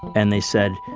and they said,